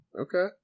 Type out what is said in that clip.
okay